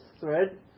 thread